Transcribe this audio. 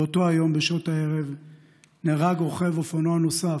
באותו היום בשעות הערב נהרג רוכב אופנוע נוסף,